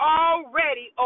already